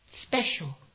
special